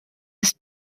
ist